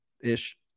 Ish